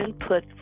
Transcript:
input